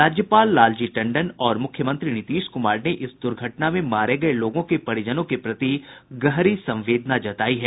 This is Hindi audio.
राज्यपाल लालजी टंडन और मुख्यमंत्री नीतीश कुमार ने इस दुर्घटना में मारे गये लोगों के परिजनों के प्रति गहरी संवेदना जतायी है